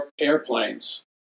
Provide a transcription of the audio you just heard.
airplanes